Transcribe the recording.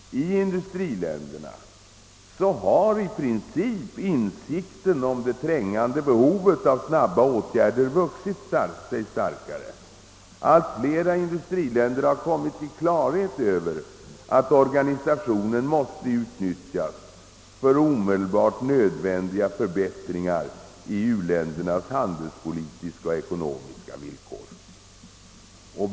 I industriländerna har i princip insikten om det trängande behovet av snabba åtgärder vuxit sig starkare. Allt flera industriländer har kommit till klarhet över att organisationen måste utnyttjas för de omedelbart nödvändiga förbättringarna i u-ländernas handelspolitiska och ekonomiska villkor.